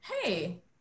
hey